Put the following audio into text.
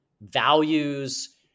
values